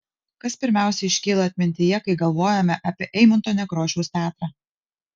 kas pirmiausia iškyla atmintyje kai galvojame apie eimunto nekrošiaus teatrą